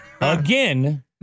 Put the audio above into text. Again